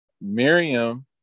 Miriam